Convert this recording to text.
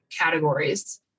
categories